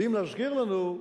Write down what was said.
ואם להזכיר לנו,